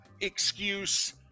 excuse